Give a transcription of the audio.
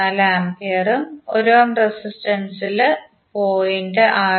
44 ആമ്പിയറും 1 ohm resistance 0